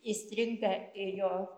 įstringa į jo